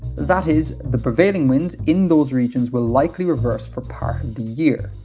that is the prevailing winds in those regions will likely reverse for part of the year.